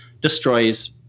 destroys